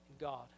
God